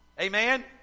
Amen